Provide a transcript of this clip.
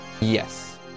yes